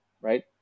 right